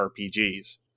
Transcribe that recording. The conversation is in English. RPGs